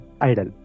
idol